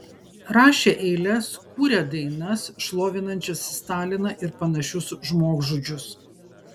rašę eiles kūrę dainas šlovinančias staliną ir panašius žmogžudžius